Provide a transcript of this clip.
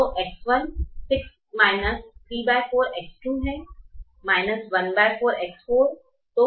तो X1 यह 6 34 X2 है 14 X4